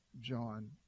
John